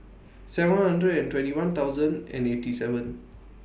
seven hundred and twenty one thousand and eighty seven